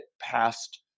past